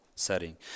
setting